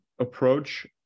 approach